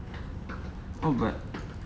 oh but